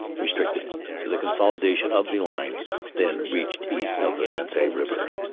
restricted to the consolidation of the line then reached east of the sensee river.